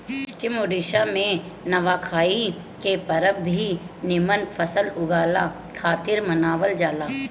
पश्चिम ओडिसा में नवाखाई के परब भी निमन फसल उगला खातिर मनावल जाला